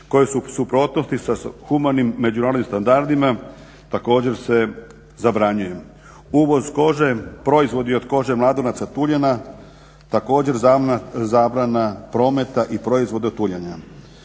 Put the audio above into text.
koje su u suprotnosti sa humanim međunarodnim standardima također se zabranjuju. Uvoz kože proizvodi od kože mladunaca tuljana, također zabrana prometa i proizvoda od tuljana.